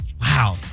Wow